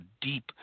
deep